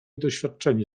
doświadczenie